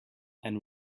and